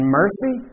mercy